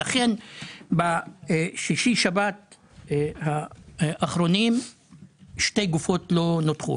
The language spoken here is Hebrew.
לכן בשישי השבת האחרונים שתי גופות לא נותחו,